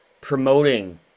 promoting